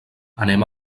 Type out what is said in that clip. anem